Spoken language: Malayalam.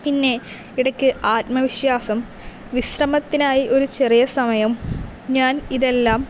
പിന്നെ ഇടക്ക് ആത്മവിശ്വാസം വിശ്രമത്തിനായി ഒരു ചെറിയ സമയം ഞാൻ ഇതെല്ലാം